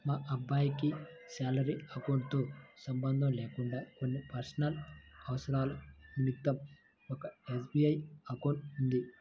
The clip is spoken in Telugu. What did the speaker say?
మా అబ్బాయికి శాలరీ అకౌంట్ తో సంబంధం లేకుండా కొన్ని పర్సనల్ అవసరాల నిమిత్తం ఒక ఎస్.బీ.ఐ అకౌంట్ ఉంది